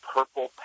Purple